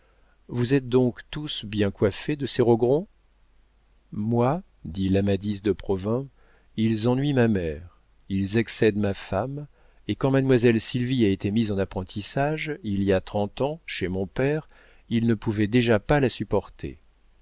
vous êtes donc tous bien coiffés de ces rogron moi dit l'amadis de provins ils ennuient ma mère ils excèdent ma femme et quand mademoiselle sylvie a été mise en apprentissage il y a trente ans chez mon père il ne pouvait déjà pas la supporter